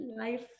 life